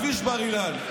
כביש בר-אילן,